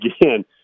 again